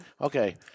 Okay